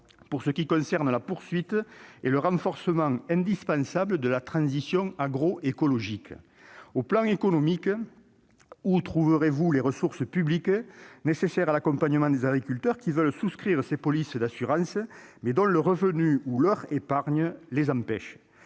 pour ce qui concerne la poursuite et le renforcement indispensables de la transition agroécologique ? Sur le plan économique, où trouverez-vous les ressources publiques nécessaires à l'accompagnement des agriculteurs qui veulent souscrire ces polices d'assurance, mais qui en sont empêchés